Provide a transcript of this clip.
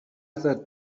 other